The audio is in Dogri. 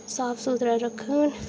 साफ सुथरा रक्खन